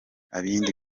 ibindi